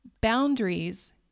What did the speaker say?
Boundaries